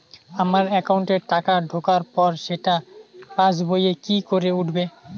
আমার একাউন্টে টাকা ঢোকার পর সেটা পাসবইয়ে কি করে উঠবে?